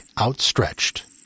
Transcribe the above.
outstretched